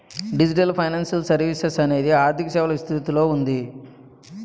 digital financial services అనేది ఆర్థిక సేవల విస్తృతిలో ఉంది